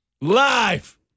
live